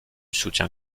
soutien